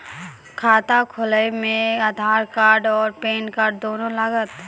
खाता खोलबे मे आधार और पेन कार्ड दोनों लागत?